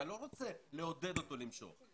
אתה לא רוצה לעודד אותו למשוך את הכסף.